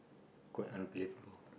quite unbelievable